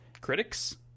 Critics